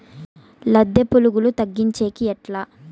లద్దె పులుగులు తగ్గించేకి ఎట్లా?